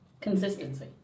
Consistency